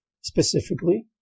specifically